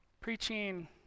Preaching